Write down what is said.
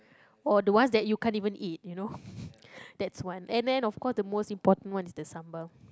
or the ones that you can't even eat you know that's one and then of course the most important one is the sambal